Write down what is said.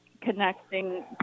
connecting